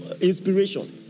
inspiration